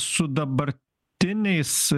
su dabartiniais